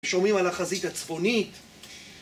שומעים על החזית הצפונית